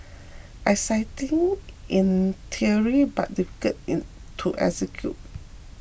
exciting in theory but difficult in to execute